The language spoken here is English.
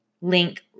link